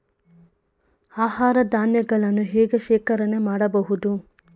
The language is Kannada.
ಆಹಾರ ಧಾನ್ಯಗಳನ್ನು ಹೇಗೆ ಶೇಖರಣೆ ಮಾಡಬಹುದು?